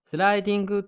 Sliding